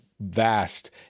vast